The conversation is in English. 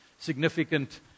Significant